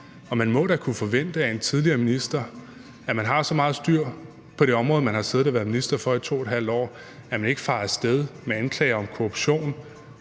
Og vi må da kunne forvente af en tidligere minister, at man har så meget styr på det område, man har siddet og været minister for i 2½ år, at man ikke farer af sted med anklager om korruption,